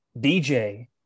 DJ